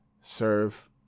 serve